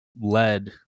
led